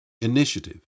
initiative